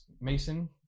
Mason